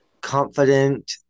confident